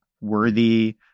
worthy